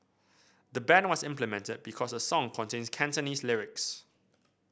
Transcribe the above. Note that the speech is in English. the ban was implemented because the song contains Cantonese lyrics